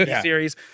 series